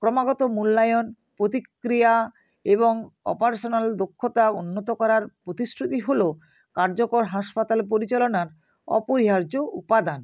ক্রমাগত মূল্যায়ন প্রতিক্রিয়া এবং অপরেশনাল দক্ষতা উন্নত করার প্রতিশ্রুতি হল কার্যকর হাসপাতাল পরিচালনার অপরিহার্য উপাদান